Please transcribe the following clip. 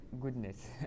goodness